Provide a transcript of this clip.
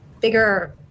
bigger